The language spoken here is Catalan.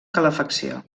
calefacció